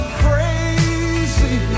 crazy